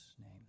name